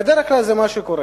בדרך כלל זה מה שקורה.